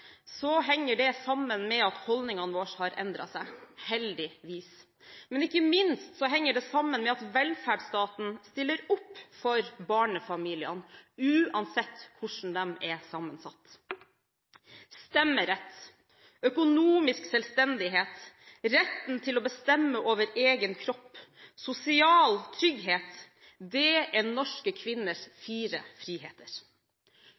henger det sammen med at holdningene våre har endret seg – heldigvis. Men ikke minst henger det sammen med at velferdsstaten stiller opp for barnefamiliene, uansett hvordan de er sammensatt. Stemmerett, økonomisk selvstendighet, retten til å bestemme over egen kropp, sosial trygghet – det er norske kvinners fire friheter.